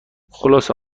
خلاصه